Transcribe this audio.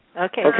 Okay